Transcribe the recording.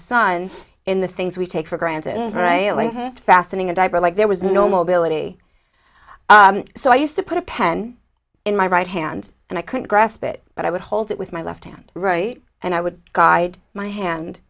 son in the things we take for granted right wing fastening a diaper like there was no mobility so i used to put a pen in my right hand and i couldn't grasp it but i would hold it with my left hand right and i would guide my hand